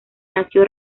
nació